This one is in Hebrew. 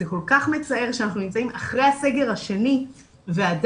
זה כל כך מצער שאנחנו נמצאים אחרי הסגר השני ועדיין